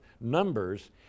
Numbers